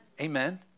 Amen